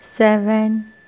Seven